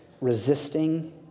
resisting